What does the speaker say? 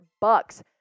bucks